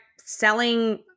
selling